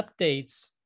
updates